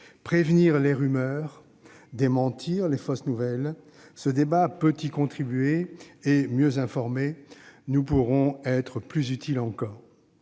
prévenir les rumeurs, démentir les fausses nouvelles : ce débat peut y contribuer et, mieux informés, nous pourrons être plus utiles encore.